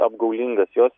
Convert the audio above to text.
apgaulingas jos